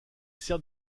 sert